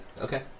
Okay